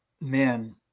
man